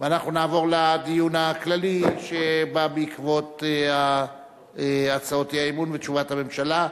ואנחנו נעבור לדיון הכללי שבא בעקבות הצעות האי-אמון ותשובת הממשלה.